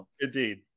Indeed